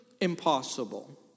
impossible